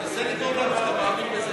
רק נסה למכור לנו שאתה מאמין בזה